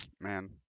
man